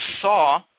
saw